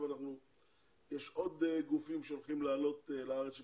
יש עוד אנשים שעומדים לעלות לארץ,